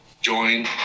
join